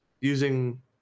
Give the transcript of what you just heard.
using